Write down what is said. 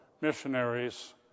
missionaries